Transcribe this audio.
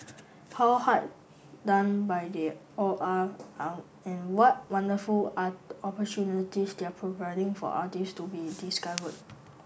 how hard done by they all are and in what wonderful are the opportunities they're providing for artists to be discovered